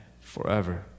forever